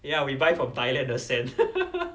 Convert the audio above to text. ya we buy from thailand the sand